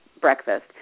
breakfast